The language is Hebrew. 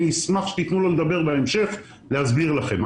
ואני אשמח שתתנו לו לדבר בהמשך והוא יסביר לכם.